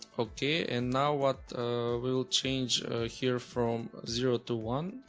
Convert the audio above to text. okay and now what we will change here from zero to one